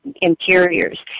interiors